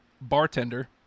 Bartender